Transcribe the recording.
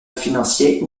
financier